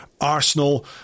Arsenal